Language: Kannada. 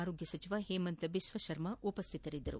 ಆರೋಗ್ಯ ಸಚಿವ ಹೇಮಂತ್ ಬಿಷ್ವಾ ಶರ್ಮ ಉಪಸ್ಥಿತರಿದ್ದರು